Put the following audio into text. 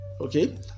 Okay